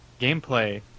gameplay